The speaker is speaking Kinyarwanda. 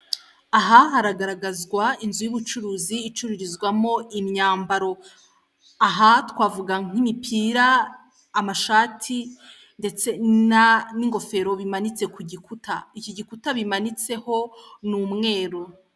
Aha haragaragazwa inzu y'ubucuruzi icururizwamo imyambaro, aha twavuga nk'imipira, amashati ndetse n'ingofero bimanitse ku gikuta, iki gikuta bimanitseho ni umweru.